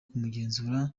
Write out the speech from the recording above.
kumugenzura